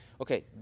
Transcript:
Okay